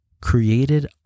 created